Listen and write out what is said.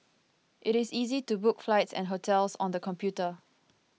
it is easy to book flights and hotels on the computer